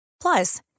Plus